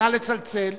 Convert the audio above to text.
נא לצלצל.